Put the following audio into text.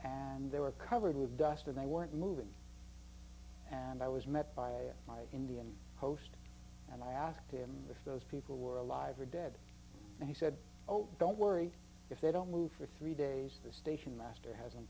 and they were covered with dust and they weren't moving and i was met by my indian host and i asked him if those people were alive or dead and he said oh don't worry if they don't move for three days the station master has